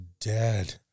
dead